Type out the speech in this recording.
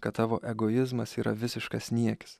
kad tavo egoizmas yra visiškas niekis